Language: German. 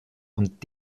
und